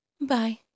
Bye